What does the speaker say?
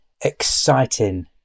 exciting